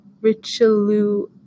Richelieu